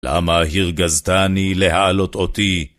למה הרגזתני להעלות אותי?